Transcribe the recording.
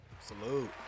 Salute